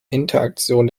interaktion